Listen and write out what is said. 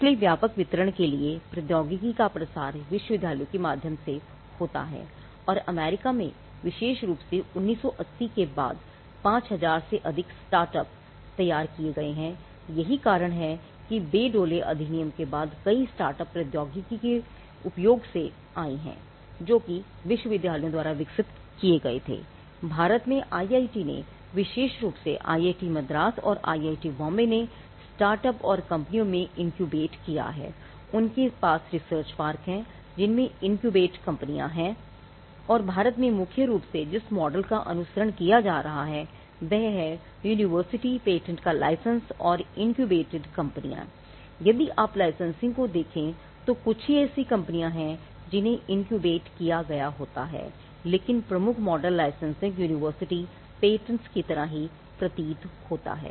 इसलिए व्यापक वितरण के लिए प्रौद्योगिकी का प्रसार विश्वविद्यालयों के माध्यम से होता है और अमेरिका में विशेष रूप से 1980 के बाद से 5000 से अधिक स्टार्ट अप किया गया होता है लेकिन प्रमुख मॉडल लाइसेंसिंग यूनिवर्सिटी पेटेंट्स की तरह प्रतीत होता है